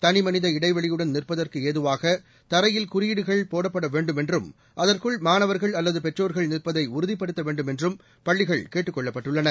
தளிமனித இடைவெளியுடன் நிற்பதற்கு ஏதுவாக தரையில் குறியீடுகள் போடப்பட வேண்டும் என்றும் அதற்குள் மாணவர்கள் அல்லது பெற்றோர்கள் நிற்பதை உறுதிப்படுத்த வேண்டும் என்றும் பள்ளிகள் கேட்டுக் கொள்ளப்பட்டுள்ளன